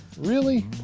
really?